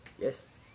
Yes